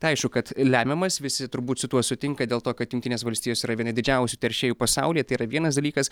tai aišku kad lemiamas visi turbūt su tuo sutinka dėl to kad jungtinės valstijos yra vieni didžiausių teršėjų pasaulyje tai yra vienas dalykas